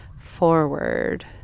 forward